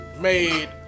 made